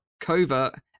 Covert